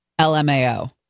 LMAO